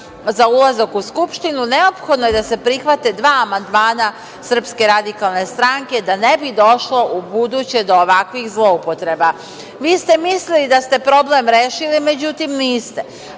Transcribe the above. za ulazak u Skupštinu, neophodno je da se prihvate dva amandmana SRS da ne bi došlo ubuduće do ovakvih zloupotreba. Vi ste mislili da ste problem rešili, međutim,